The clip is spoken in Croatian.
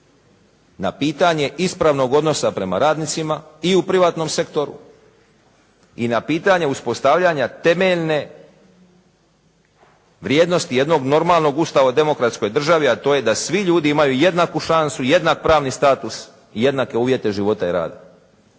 na pitanje ispravnog odnosa prema radnicima i u privatnom sektoru i na pitanje uspostavljanja temeljne vrijednosti jednog normalnog ustava u demokratskoj državi, a to je da svi ljudi imaju jednaku šansu, jednak pravni status i jednake uvjete života i rada.